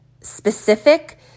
specific